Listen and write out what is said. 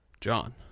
John